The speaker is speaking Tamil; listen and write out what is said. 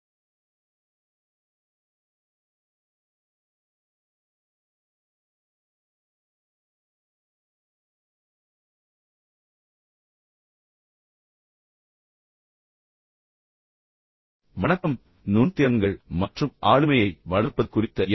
அனைவருக்கும் வணக்கம் நுண் திறன்கள் மற்றும் ஆளுமையை வளர்ப்பது குறித்த எனது என்